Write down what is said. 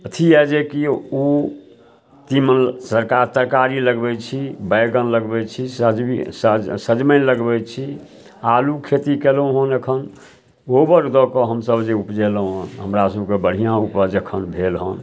अथी यऽ जेकि ओ तीमन सरकार तरकारी लगबइ छी बैगन लगबइ छी सज सज सजमनि लगबइ छी आलू खेती कयलहुँ हन एखन गोबर दअ कऽ हमसब जे उपजेलहुँ हँ हमरा सबके बढ़ियाँ उपज एखन भेल हँ